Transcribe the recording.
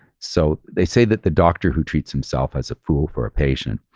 so they say that the doctor who treats himself has a fool for a patient,